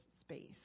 space